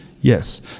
yes